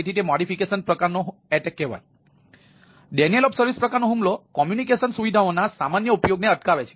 તેથી તે DoS પ્રકારનો અથવા ડેનિયલ ઓફ સર્વિસ પ્રકારનો હુમલો છે